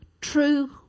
true